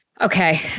Okay